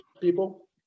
people